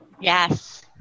Yes